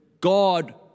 God